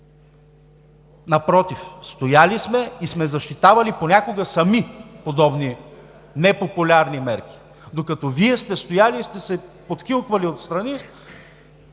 Напротив, стояли сме и сме защитавали понякога сами подобни непопулярни мерки, докато Вие сте стояли и сте се подхилквали отстрани,